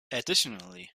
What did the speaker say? additionally